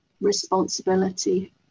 responsibility